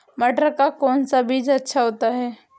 मटर का कौन सा बीज अच्छा होता हैं?